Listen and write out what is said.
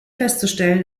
festzustellen